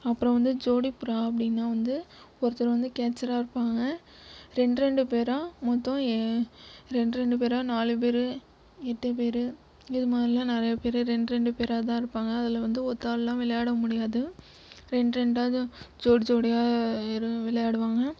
அப்புறம் வந்து ஜோடிப்புறா அப்படின்னா வந்து ஒருத்தர் வந்து கேட்ச்சராக இருப்பாங்க ரெண்டு ரெண்டு பேராக மொத்தம் ஏ ரெண்ட் ரெண்டு பேராக நாலு பேர் எட்டு பேர் இது மாதிரிலாம் நிறையா பேர் ரெண்டு ரெண்டு பேராகதான் இருப்பாங்க அதில் வந்து ஒத்த ஆள்லாம் விளையாட முடியாது ரெண்டு ரெண்டாகதான் ஜோடி ஜோடியாக தான் விளையாடுவாங்க